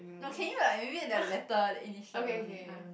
no can you like maybe the letter the initial or something I don't know